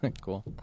Cool